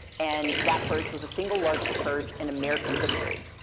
and that purge was the single largest purge in american history.